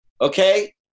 Okay